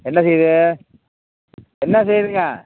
என்ன செய்து என்ன செய்துங்க